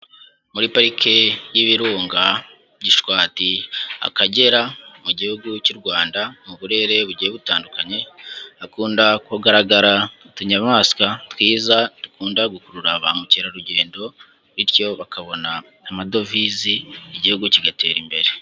Muri Parike y'Ibirunga, Gishwati, Akagera mu gihugu cy'u Rwanda, mu burere bugiye butandukanye, hakunda kugaragara utunyamaswa twiza dukunda gukurura ba mukerarugendo, bityo bakabona amadovize igihugu kigatera imbere.